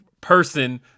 person